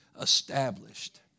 established